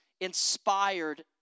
inspired